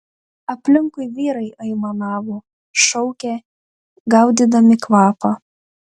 aplinkui vyrai aimanavo šaukė gaudydami kvapą